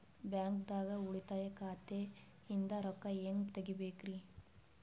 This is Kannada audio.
ಬ್ಯಾಂಕ್ದಾಗ ಉಳಿತಾಯ ಖಾತೆ ಇಂದ್ ರೊಕ್ಕ ಹೆಂಗ್ ತಗಿಬೇಕ್ರಿ?